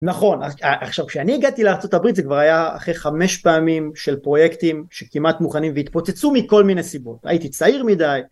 נכון, עכשיו כשאני הגעתי לארה״ב זה כבר היה אחרי חמש פעמים של פרויקטים שכמעט מוכנים והתפוצצו מכל מיני סיבות, הייתי צעיר מדי...